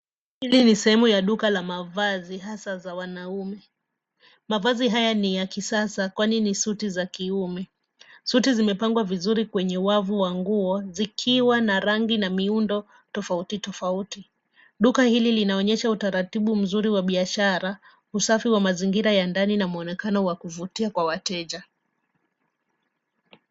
Hili ni sehemu ya duka la mavazi hasa za wanaume. Mavazi haya ni ya kisasa kwani ni suti za kiume. Suti zimepangwa vizuri kwenye wavu wa nguo zikiwa na rangi na miundo tofauti, tofauti. Duka hili linaonyesha utaratibu mzuri wa biashara, usafi wa mazingira ya ndani na mwonekana wa kuvutia kwa wateja.